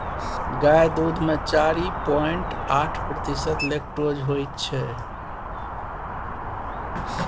गाय दुध मे चारि पांइट आठ प्रतिशत लेक्टोज होइ छै